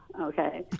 okay